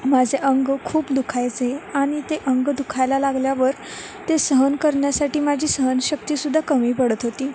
माझे अंग खूप दुखायचे आणि ते अंग दुखायला लागल्यावर ते सहन करण्यासाठी माझी सहनशक्तीसुद्धा कमी पडत होती